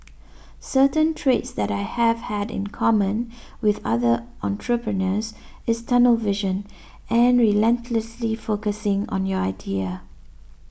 certain traits that I have had in common with other entrepreneurs is tunnel vision and relentlessly focusing on your idea